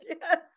Yes